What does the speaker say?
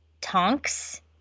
Tonks